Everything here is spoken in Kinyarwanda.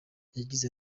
yagize